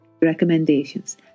recommendations